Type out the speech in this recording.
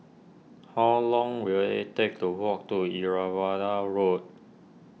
how long will it take to walk to Irrawaddy Road